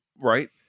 Right